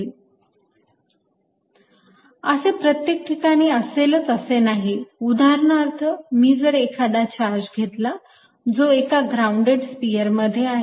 Err0 and Er0 असे प्रत्येक ठिकाणी असेलच असे नाही उदाहरणार्थ मी जर एखादा चार्ज घेतला जो एका ग्रॉउंडेड स्पिअर मध्ये आहे